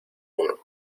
uno